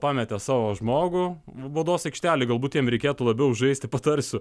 pametė savo žmogų baudos aikštelėje galbūt jam reikėtų labiau žaisti patarsiu